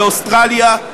באוסטרליה,